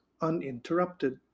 uninterrupted